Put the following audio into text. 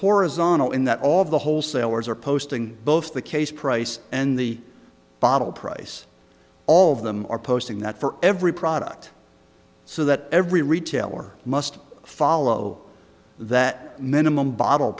horizontal in that all of the wholesalers are posting both the case price and the bottle price all of them are posting that for every product so that every retailer must follow that minimum bottle